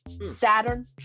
saturn